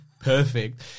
perfect